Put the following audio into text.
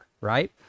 right